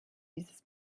dieses